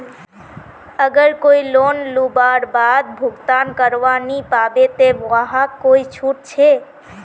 अगर कोई लोन लुबार बाद भुगतान करवा नी पाबे ते वहाक कोई छुट छे?